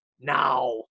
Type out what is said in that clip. now